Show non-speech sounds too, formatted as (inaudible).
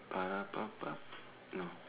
(noise) no